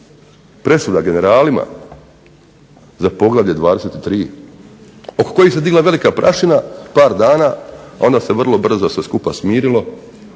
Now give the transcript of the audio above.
presuda generalima za poglavlje 23. oko kojih se digla velika prašina par dana, a onda se vrlo brzo sve skupa smirilo